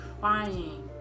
crying